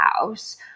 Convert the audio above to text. house